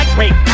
wait